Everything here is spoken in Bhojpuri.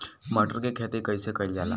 मटर के खेती कइसे कइल जाला?